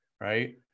right